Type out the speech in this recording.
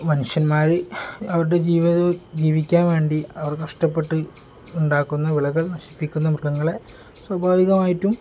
മനുഷ്യന്മാർ അവരുടെ ജീവിത ജീവിക്കാൻ വേണ്ടി അവർ കഷ്ടപ്പെട്ട് ഉണ്ടാക്കുന്ന വിളകൾ നശിപ്പിക്കുന്ന മൃഗങ്ങളെ സ്വാഭാവികമായിട്ടും